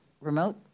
remote